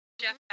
Jeff